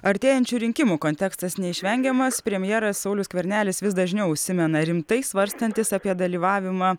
artėjančių rinkimų kontekstas neišvengiamas premjeras saulius skvernelis vis dažniau užsimena rimtai svarstantis apie dalyvavimą